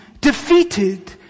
defeated